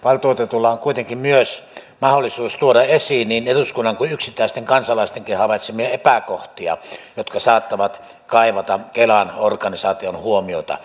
valtuutetulla on kuitenkin myös mahdollisuus tuoda esiin niin eduskunnan kuin yksittäisten kansalaistenkin havaitsemia epäkohtia jotka saattavat kaivata kelan organisaation huomiota